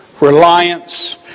reliance